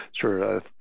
Sure